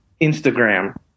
Instagram